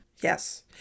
Yes